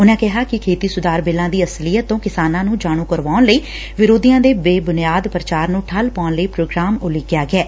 ਉਨਾਂ ਕਿਹਾ ਕਿ ਖੇਤੀ ਸੁਧਾਰ ਬਿੱਲਾਂ ਦੀ ਅਸਲੀਅਤ ਤੋਂ ਕਿਸਾਨਾਂ ਨੂੰ ਜਾਣ ਕਰਾਉਣ ਲਈ ਅਤੇ ਵਿਰੋਧੀਆਂ ਦੇ ਬੇਬੁਨਿਆਦ ਪੁਚਾਰ ਨੂੰ ਠੱਲ ਪਾਉਣ ਲਈ ਪ੍ਰੋਗਰਾਮ ਉਲੀਕਿਆ ਗਿਐ